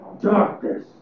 darkness